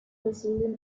brazilian